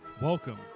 Welcome